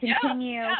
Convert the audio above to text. continue